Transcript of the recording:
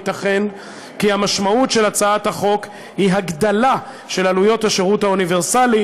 ייתכן כי המשמעות של הצעת החוק היא הגדלה של עלויות השירות האוניברסלי,